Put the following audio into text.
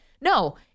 no